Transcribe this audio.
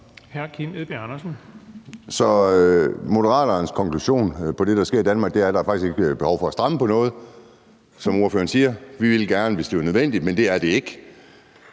Så Moderaternes konklusion på det, der sker i Danmark, er, at der faktisk ikke er behov for at stramme på noget, som ordføreren siger. Man ville gerne, hvis det var nødvendigt, men det er det ikke.